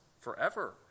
forever